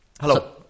Hello